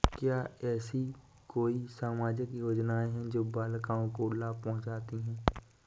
क्या ऐसी कोई सामाजिक योजनाएँ हैं जो बालिकाओं को लाभ पहुँचाती हैं?